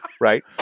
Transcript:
right